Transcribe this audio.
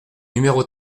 numéro